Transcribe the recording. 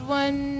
one